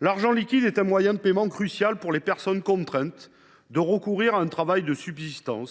L’argent liquide est un moyen de paiement crucial pour les personnes contraintes de recourir à un travail de subsistance,